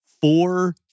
four